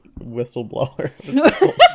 whistleblower